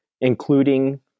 including